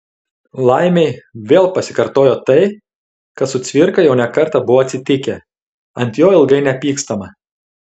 laimei vėl pasikartojo tai kas su cvirka jau ne kartą buvo atsitikę ant jo ilgai nepykstama